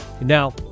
now